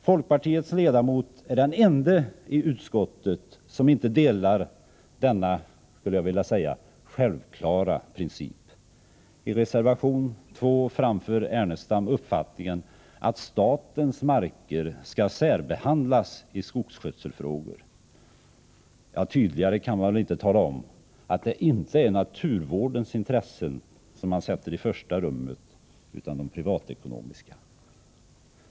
Folkpartiledamoten är den ende i utskottet som inte delar denna, skulle jag vilja säga, självklara princip. I reservation 2 framför Lars Ernestam uppfattningen att statens marker skall särbehandlas i skogsskötselfrågor. Tydligare kan man väl inte tala om att det inte är naturvårdens intressen som man sätter i första rummet, utan de privatekonomiska.